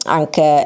anche